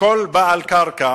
שכל בעל קרקע